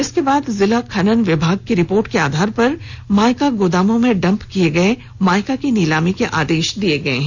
इसके बाद जिला खनन विभाग की रिपोर्ट के आधार पर मायका गोदामों में डंप किए गए मायका की नीलामी के आदेश दिए गए हैं